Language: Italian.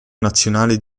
nazionale